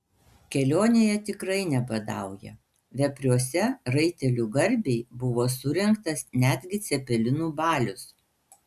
kelionėje tikrai nebadauja vepriuose raitelių garbei buvo surengtas netgi cepelinų balius